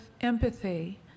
empathy